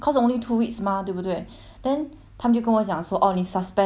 then 他们就跟我讲说 orh 你 suspend 在家里这样子然后